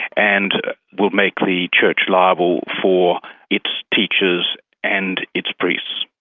and will make the church liable for its teachers and its priests.